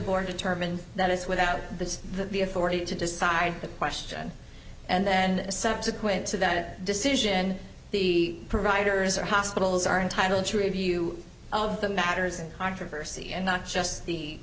board determines that it's without the authority to decide that question and then subsequent to that decision the providers are hospitals are entitled to review all of the matters and controversy and not just the